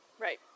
Right